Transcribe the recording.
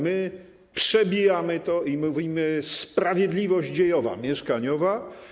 My przebijamy to i mówimy: sprawiedliwość dziejowa mieszkaniowa.